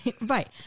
Right